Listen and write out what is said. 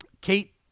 Kate